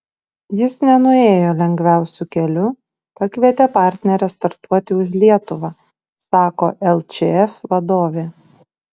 jis nenuėjo lengviausiu keliu pakvietė partnerę startuoti už lietuvą sako lčf vadovė